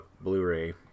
blu-ray